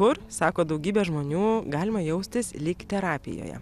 kur sako daugybė žmonių galima jaustis lyg terapijoje